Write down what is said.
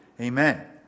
amen